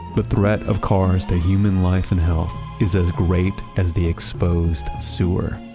but threat of cars to human life and health is as great as the exposed sewer.